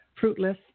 fruitless